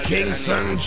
Kingston